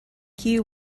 key